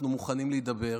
אנחנו מוכנים להידבר,